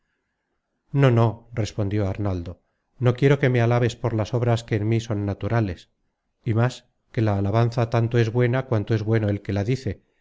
no no respondió arnaldo no quiero que me alabes por las obras que en mí son naturales y más que la alabanza tanto es buena cuanto es bueno el que la dice